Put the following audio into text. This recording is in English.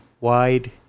wide